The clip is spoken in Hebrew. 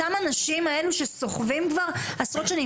אותם האנשים האלה שסוחבים כבר עשרות שנים,